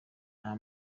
nta